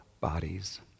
bodies